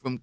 from